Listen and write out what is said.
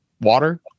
water